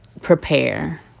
prepare